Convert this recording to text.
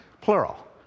Plural